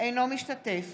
אינו משתתף